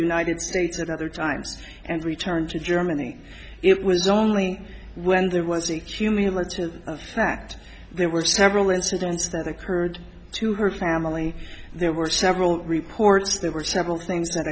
united states at other times and returned to germany it was only when there was a cumulative fact there were several incidents that occurred to her family there were several reports there were several things that